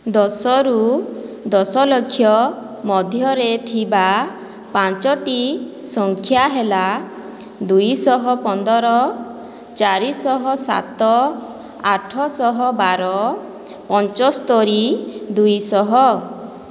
ଦଶରୁ ଦଶ ଲକ୍ଷ ମଧ୍ୟରେ ଥିବା ପାଞ୍ଚଟି ସଂଖ୍ୟା ହେଲା ଦୁଇଶହ ପନ୍ଦର ଚାରିଶହ ସାତ ଆଠଶହ ବାର ପଞ୍ଚସ୍ତୋରି ଦୁଇଶହ